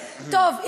טוב,